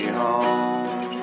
home